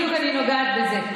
בדיוק אני נוגעת בזה.